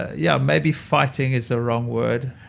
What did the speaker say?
yeah, maybe fighting is the wrong word.